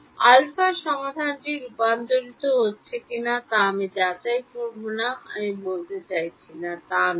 α সমাধানটি রূপান্তরিত হচ্ছে কিনা তা আমি যাচাই করব তা আমি যা বলছি তা নয়